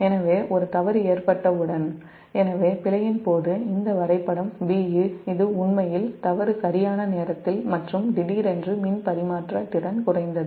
எனவே ஒரு தவறு ஏற்பட்டவுடன் பிழையின் போது இந்த வரைபடம் B'இது உண்மையில் தவறு சரியான நேரத்தில் மற்றும் திடீரென்று மின் பரிமாற்ற திறன் குறைந்தது